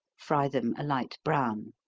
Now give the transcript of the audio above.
fry them a light brown.